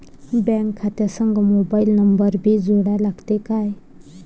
Bank खात्या संग mobile number भी जोडा लागते काय?